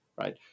right